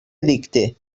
edicte